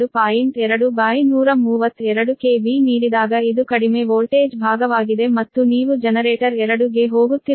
2 132 KV ನೀಡಿದಾಗ ಇದು ಕಡಿಮೆ ವೋಲ್ಟೇಜ್ ಭಾಗವಾಗಿದೆ ಮತ್ತು ನೀವು ಜನರೇಟರ್ 2 ಗೆ ಹೋಗುತ್ತಿರುವಾಗ ಇದನ್ನು 13